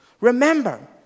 Remember